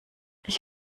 ich